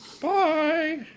bye